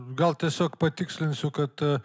gal tiesiog patikslinsiu kad